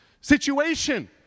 situation